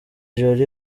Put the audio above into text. jolly